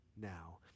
now